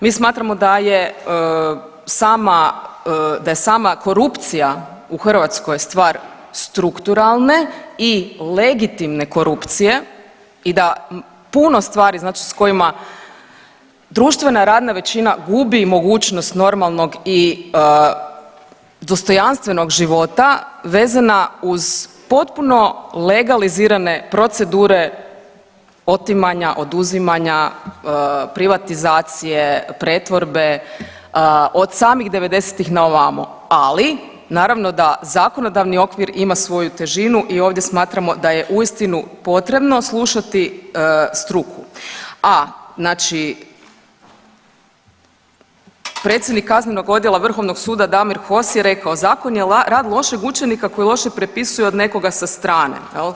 Mi smatramo da je sama korupcija u Hrvatskoj stvar strukturalne i legitimne korupcije i da puno stvari znači s kojima društvena radna većina gubi mogućnost normalnog i dostojanstvenog života vezana uz potpuno legalizirane procedure otimanja, oduzimanja, privatizacije, pretvorbe, od samih 90-ih na ovamo, ali naravno da zakonodavni okvir ima svoju težinu i ovdje smatramo da je uistinu potrebno slušati struku, a znači predsjednik kaznenog odjela vrhovnog suda Damir Kos je rekao, zakon je rad lošeg učenika koji loše prepisuje od nekoga sa strane jel.